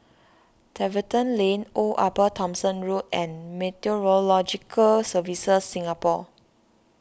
Tiverton Lane Old Upper Thomson Road and Meteorological Services Singapore